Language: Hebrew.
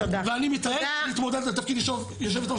ואני אתמודד לתפקיד ראשון, יושב ראש.